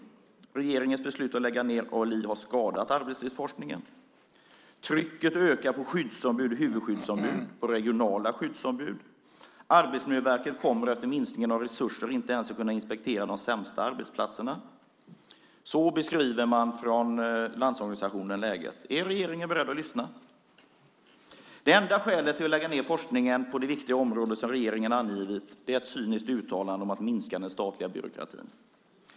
Regeringens beslut att lägga ned ALI har skadat arbetslivsforskningen. Trycket ökar på skyddsombud, huvudskyddsombud och regionala skyddsombud. Arbetsmiljöverket kommer efter minskningen av resurserna inte ens att kunna inspektera de sämsta arbetsplatserna. Så beskriver Landsorganisationen läget. Är regeringen beredd att lyssna? Det enda skälet till att lägga ned forskningen på detta viktiga område som regeringen har angivit är ett cyniskt uttalande om att minska den statliga byråkratin.